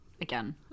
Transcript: again